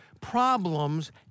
problems